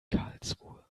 karlsruhe